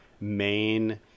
main